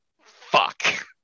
fuck